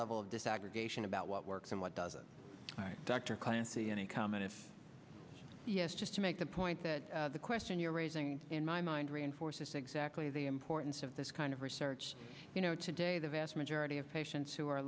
level of this aggregation about what works and what doesn't dr clancy any comment if yes just to make the point that the question you're raising in my mind reinforces exactly the importance of this kind of research you know today the vast majority of patients who are